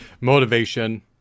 motivation